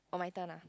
oh my turn ah